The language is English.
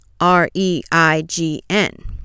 R-E-I-G-N